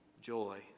joy